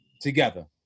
together